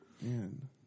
Man